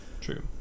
true